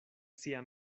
sia